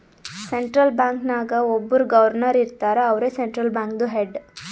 central bank ನಾಗ್ ಒಬ್ಬುರ್ governor ಇರ್ತಾರ ಅವ್ರೇ ಸೆಂಟ್ರಲ್ ಬ್ಯಾಂಕ್ದು ಹೆಡ್